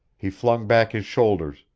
he flung back his shoulders,